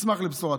נשמח לבשורה.